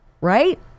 right